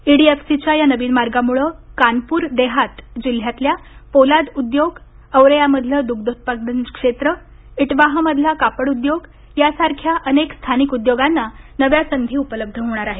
ईडीएफसीच्या या नवीन मार्गामुळं कानपूर देहात जिल्ह्यातल्या पोलाद उद्योग औरेयामधलं दुग्धोत्पादन क्षेत्र इटवाहमधला कापड उद्योग यासारख्या अनेक स्थानिक उद्योगांना नव्या संधी उपलब्ध होणार आहेत